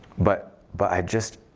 but but i just